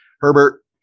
Herbert